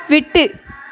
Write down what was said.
விட்டு